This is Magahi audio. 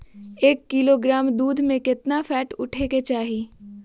एक किलोग्राम दूध में केतना फैट उठे के चाही?